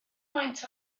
maint